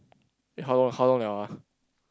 eh how long how long [liao] ah